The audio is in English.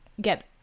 get